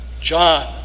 John